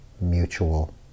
mutual